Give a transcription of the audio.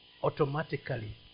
automatically